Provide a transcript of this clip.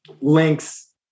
links